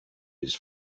his